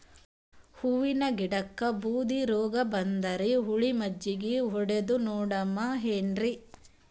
ಹೂವಿನ ಗಿಡಕ್ಕ ಬೂದಿ ರೋಗಬಂದದರಿ, ಹುಳಿ ಮಜ್ಜಗಿ ಹೊಡದು ನೋಡಮ ಏನ್ರೀ?